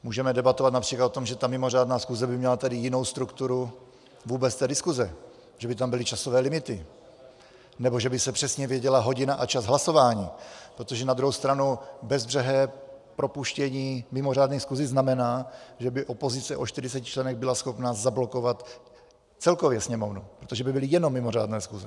Můžeme debatovat například o tom, že mimořádná schůze by měla jinou strukturu té diskuse vůbec, že by tam byly časové limity nebo že by se přesně věděla hodina a čas hlasování, protože na druhou stranu bezbřehé propuštění mimořádných schůzí znamená, že by opozice o čtyřiceti členech byla schopna zablokovat celkově Sněmovnu, protože by byly jenom mimořádné schůze.